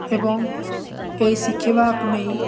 ଏବଂ ଏହି ଶିଖିବାକୁ ନେଇ